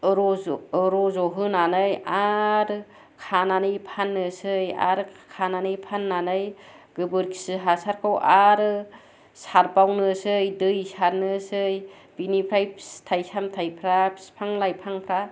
रज' होनानै आरो खानानै फाननोसै आरो खानानै फाननानै गोबोरखिजों हासारखो आरो सारबावनोसै दै सारनोसै बेनिफ्राय फिथाइ सामथायफोरा बिफां लाइफांफोरा